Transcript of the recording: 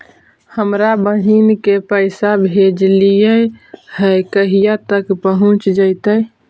हमरा बहिन के पैसा भेजेलियै है कहिया तक पहुँच जैतै?